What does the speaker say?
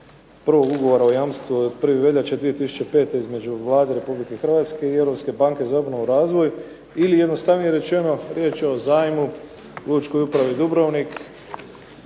prvog Ugovora o jamstvu od 1. veljače 2005. između Vlade Republike Hrvatske i Europske banke za obnovu i razvoj, ili jednostavnije rečeno riječ je o zajmu lučkoj upravi Dubrovnik,